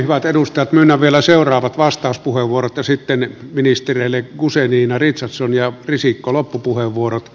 hyvät edustajat myönnän vielä vastauspuheenvuorot esittävät ministereille kusee viinerit sa sonja risikko loppupuheenvuorot